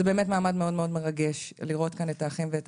זה באמת מעמד מאוד מרגש לראות כאן את האחים ואת